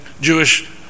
Jewish